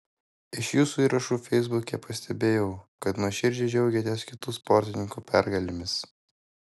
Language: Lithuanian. iš jūsų įrašų feisbuke pastebėjau kad nuoširdžiai džiaugiatės kitų sportininkų pergalėmis